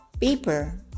paper